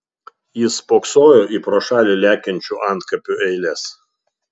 jis spoksojo į pro šalį lekiančių antkapių eiles